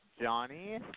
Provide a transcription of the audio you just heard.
Johnny